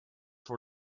for